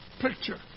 picture